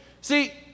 See